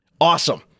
Awesome